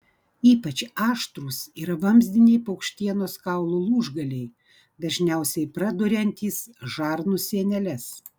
ypač aštrūs yra vamzdiniai paukštienos kaulų lūžgaliai dažniausiai praduriantys žarnų sieneles